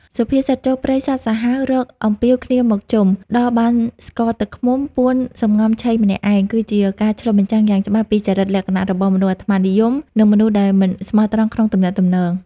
សុភាសិត «ចូលព្រៃសត្វសាហាវ រកអំពាវគ្នាមកជុំ ដល់បានស្ករទឹកឃ្មុំ ពួនសំងំឆីម្នាក់ឯង» គឺជាការឆ្លុះបញ្ចាំងយ៉ាងច្បាស់ពីចរិតលក្ខណៈរបស់មនុស្សអាត្មានិយម និងមនុស្សដែលមិនស្មោះត្រង់ក្នុងទំនាក់ទំនង។